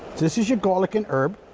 this is your garlic and herb.